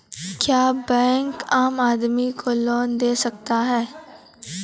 क्या बैंक आम आदमी को लोन दे सकता हैं?